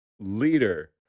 leader